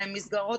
אם גן נכנס לסגר,